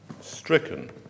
Stricken